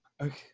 Okay